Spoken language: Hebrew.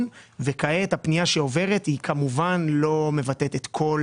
וכעת הפנייה שעוברת היא כמובן לא מבטאת את כל